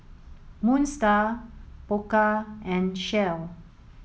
Moon Star Pokka and Shell